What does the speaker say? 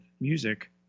music